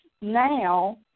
now